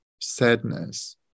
sadness